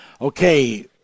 Okay